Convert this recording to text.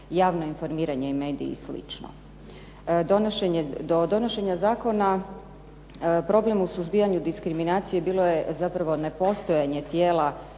javno informiranje i mediji i slično. Do donošenja zakona problem u suzbijanju diskriminacije bilo je zapravo nepostojanje tijela